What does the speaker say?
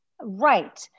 right